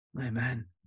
Amen